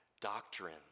doctrine